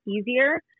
Easier